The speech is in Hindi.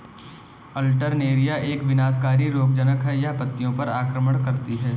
अल्टरनेरिया एक विनाशकारी रोगज़नक़ है, यह पत्तियों पर आक्रमण करती है